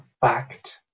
fact